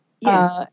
Yes